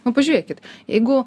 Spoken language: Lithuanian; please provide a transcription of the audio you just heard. nu pažiūrėkit jeigu